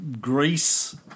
Greece